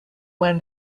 when